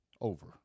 over